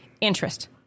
interest